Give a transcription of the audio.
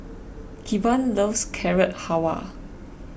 Kevan loves Carrot Halwa